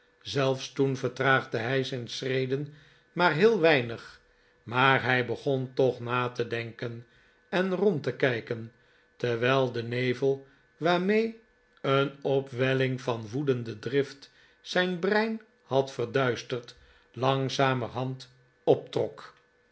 zelfs toen vertraagde hij zijn schreden maar heel weinig maar hij begon toch na te denken en rond te kijken terwijl de nevel waarmee een opwelling van woedende drift zijn brein had verduisterd langzamerhand optrok